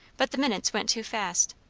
but the minutes went too fast.